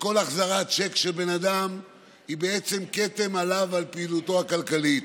שכל החזרת שיק של בן אדם היא בעצם כתם עליו ועל פעילותו הכלכלית.